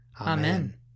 Amen